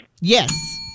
Yes